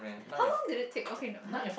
how long did it take okay no !hah!